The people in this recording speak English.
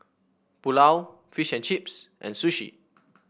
Pulao Fish and Chips and Sushi